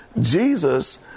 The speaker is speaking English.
Jesus